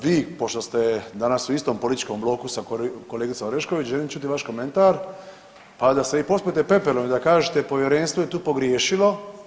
Vi pošto ste danas u istom političkom bloku sa kolegicom Orešković želim ćuti vaš komentar pa da se i pospete pepelom i kažete povjerenstvo je tu pogriješilo.